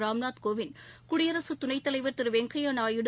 ராம்நாத் கோவிந்த் குடியரசு துணைத்தலைவர் திரு வெங்கையா நாயுடு